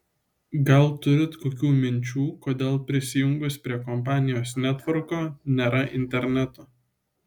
gal turit kokių minčių kodėl prisijungus prie kompanijos netvorko nėra interneto